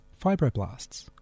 fibroblasts